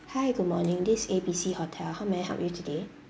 hi good morning this A B C hotel how may I help you today